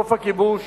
סוף הכיבוש,